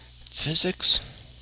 Physics